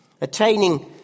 attaining